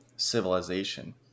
civilization